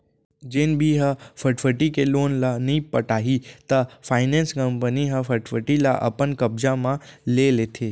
जेन भी ह फटफटी के लोन ल नइ पटाही त फायनेंस कंपनी ह फटफटी ल अपन कब्जा म ले लेथे